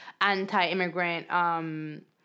anti-immigrant